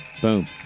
Boom